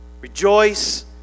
Rejoice